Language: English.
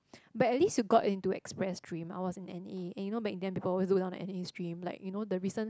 but at least you got into express three I was in N_A and you know back then I always go down to an extreme like you know the recent